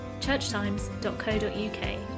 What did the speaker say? churchtimes.co.uk